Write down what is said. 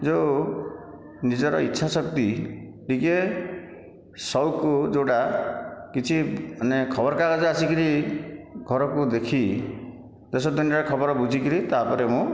ଯେଉଁ ନିଜର ଇଛାଶକ୍ତି ଟିକିଏ ସଉକୁ ଯେଉଁଟା କିଛି ମାନେ ଖବରକାଗଜ ଆସିକରି ଘରକୁ ଦେଖି ଦେଶ ଦୁନିଆଁର ଖବର ବୁଝିକରି ତାପରେ ମୁଁ